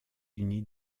unis